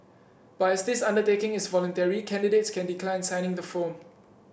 but as this undertaking is voluntary candidates can decline signing the form